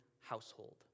household